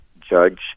judge